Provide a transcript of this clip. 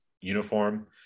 uniform